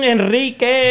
Enrique